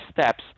steps